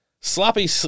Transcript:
Sloppy